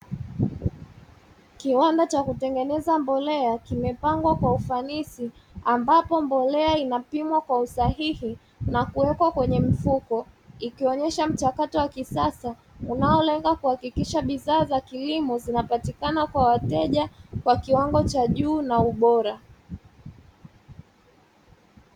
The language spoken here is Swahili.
Kiwanda cha kutengeneza mbolea kimepangwa kwa ufanisi, ambapo mbolea inapimwa kwa usahihi na kuwekwa kwenye mfuko, ikionyesha mchakato wa kisasa unaolenga kuhakikisha bidhaa za kilimo zinapatikana kwa wateja kwa kiwango cha juu na ubora.